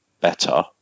better